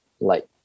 light